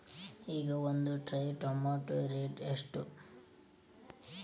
ಈಗ ಒಂದ್ tray tomato rate ಎಷ್ಟ?